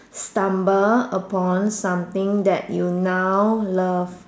stumble upon something that you now love